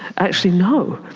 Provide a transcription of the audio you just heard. actually no,